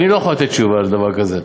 אני לא יכול לתת תשובה על דבר כזה.